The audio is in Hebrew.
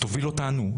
תוביל אותנו,